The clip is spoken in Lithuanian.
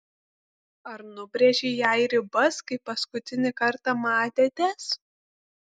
ar nubrėžei jai ribas kai paskutinį kartą matėtės